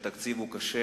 שהתקציב קשה.